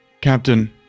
Captain